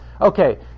okay